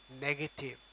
negative